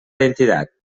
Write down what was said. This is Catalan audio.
identitat